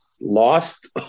lost